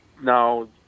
Now